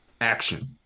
action